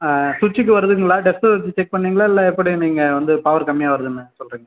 ஆ சுவிட்சுக்கு வருதுங்களா டெஸ்டர் வச்சு டெஸ்ட் பண்ணீங்களா இல்லை எப்படி நீங்கள் வந்து பவர் கம்மியாக வருதுனு சொல்கிறீங்க